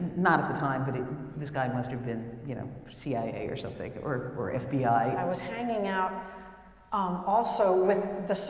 not at the time, but this guy must have been, you know, cia or something or or fbi. i was hanging out um also with the,